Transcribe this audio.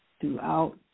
throughout